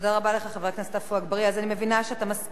אני מבינה שאתה מסכים לתשובה והצבעה במועד אחר.